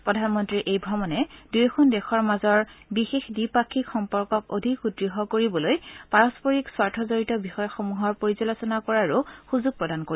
প্ৰধানমন্ত্ৰীৰ এই ভ্ৰমণে দুয়োখন দেশৰ মাজৰ বিশেষ দ্বিপাক্ষিক সম্পৰ্কক অধিক সুদঢ় কৰিবলৈ পাৰস্পৰিক স্বাৰ্থজড়িত বিষয়সমূহৰ পৰ্যালোচনা কৰাৰো সুযোগ প্ৰদান কৰিব